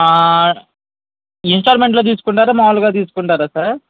ఇన్స్టాల్మెంట్లో తీసుకుంటారా మామూలుగా తీసుకుంటారా సార్